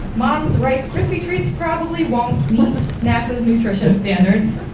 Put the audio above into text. mom's rice krispy treats probably won't meet nasa's nutrition standards.